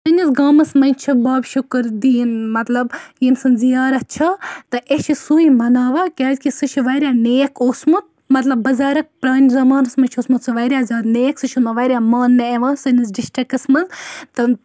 سٲنِس گامَس منٛز چھِ باب شۄکوٗردیٖن مطلب ییٚمہِ سٕنٛز زِیارت چھےٚ تہٕ أسۍ چھِ سُے مَناوان کیازِ کہِ سُہ چھُ واریاہ نیک اوسمُت مطلب بُزرٕگ پرٲنہِ زَمانَس منٛز چھِ سُہ واریاہ زیادٕ نیک سُہ چھُ واریاہ مَاننہٕ یِوان سٲنِس ڈِسٹرکَس منٛز تٔمۍ